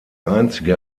einzige